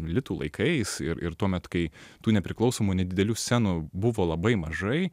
litų laikais ir ir tuomet kai tų nepriklausomų nedidelių scenų buvo labai mažai